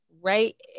right